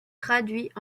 traduits